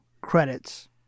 credits